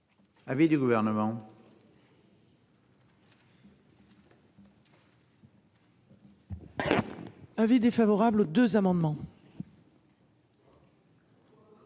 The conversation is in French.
Avis du gouvernement. Hein défavorable aux deux amendements.